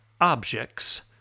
objects